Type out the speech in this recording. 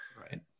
Right